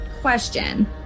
question